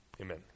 Amen